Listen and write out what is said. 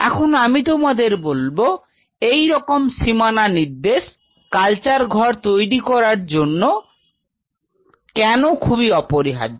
এখন আমি তোমাদের বলব এই রকম সীমানা নির্দেশ কালচার ঘর তৈরি করার জন্য কেনো খুবই অপরিহার্য